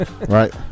Right